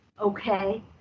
okay